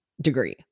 degree